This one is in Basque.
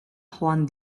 joan